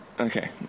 Okay